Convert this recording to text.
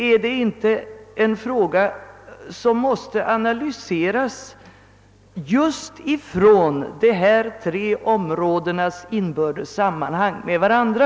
Är det inte också en fråga som måste bedömas med utgångspunkt från dessa tre avsnitts inbördes sammanhang med varandra?